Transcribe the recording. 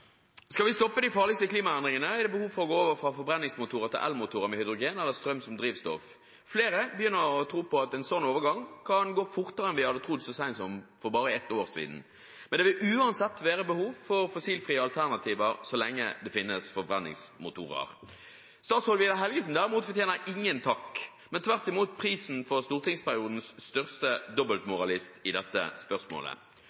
Skal vi stoppe de farligste klimaendringene, er det behov for å gå over fra forbrenningsmotorer til elmotorer med hydrogen eller strøm som drivstoff. Flere begynner å tro på at en slik overgang kan gå fortere enn vi hadde trodd så sent som for bare ett år siden. Det vil uansett være behov for fossilfrie alternativer så lenge det finnes forbrenningsmotorer. Statsråd Vidar Helgesen, derimot, fortjener ingen takk, men tvert imot prisen for å være stortingsperiodens største